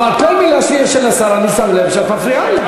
אבל כל מילה שיש לשר אני שם לב שאת מפריעה לו.